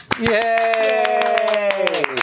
Yay